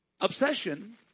Obsession